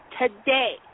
today